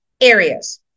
areas